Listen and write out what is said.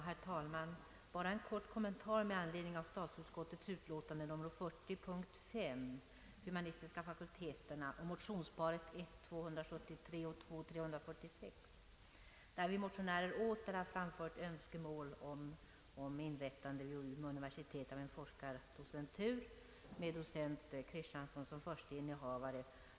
Herr talman! Bara en kort kommentar med anledning av statsutskottets utlåtande nr 40, punkt 5, Humanistiska fakulteterna m.m. I motionsparet I: 273 och II: 346 har vi motionärer åter framfört önskemålet om inrättande vid Umeå universitet av en forskardocentur med docent Christiansson som förste innehavare.